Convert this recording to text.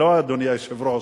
לא אדוני היושב-ראש,